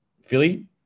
philly